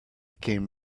came